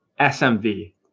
SMV